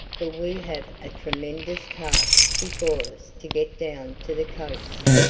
for we have a tremendous task before us to get down to the coast.